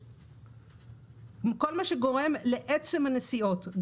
וכל מה שגורם לעצם הנסיעות.